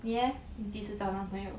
你 leh 几时找男朋友